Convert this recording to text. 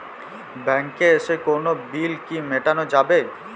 ব্যাংকে এসে কোনো বিল কি মেটানো যাবে?